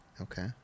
Okay